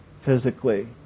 physically